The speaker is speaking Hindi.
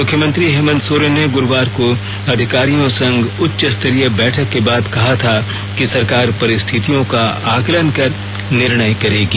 मुख्यमंत्री हेमंत सोरेन ने गुरुवार को अधिकारियों संग उच्चस्तरीय बैठक के बाद कहा था कि सरकार परिस्थितियों का आकलन कर निर्णय करेगी